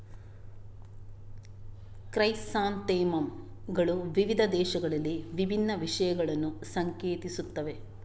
chrysanthemum ಗಳು ವಿವಿಧ ದೇಶಗಳಲ್ಲಿ ವಿಭಿನ್ನ ವಿಷಯಗಳನ್ನು ಸಂಕೇತಿಸುತ್ತವೆ